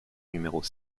numéros